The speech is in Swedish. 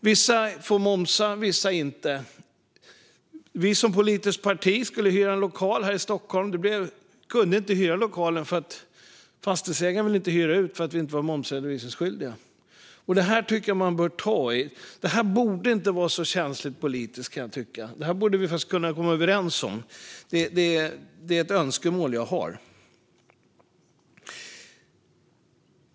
Vissa får "momsa", andra inte. Vi som politiskt parti skulle hyra en lokal här i Stockholm. Vi kunde inte hyra lokalen; fastighetsägaren ville inte hyra ut eftersom vi inte var momsredovisningsskyldiga. Detta tycker jag att man bör ta i. Det här borde inte vara så känsligt politiskt, kan jag tycka. Det här borde vi faktiskt kunna komma överens om. Det är ett önskemål jag har.